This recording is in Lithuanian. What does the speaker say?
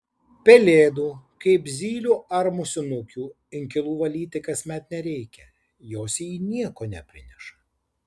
pelėdų kaip zylių ar musinukių inkilų valyti kasmet nereikia jos į jį nieko neprineša